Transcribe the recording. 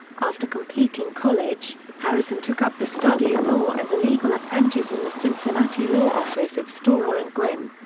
after completing college, harrison took up the study of law as a legal apprentice in the cincinnati law office of storer and gwynne.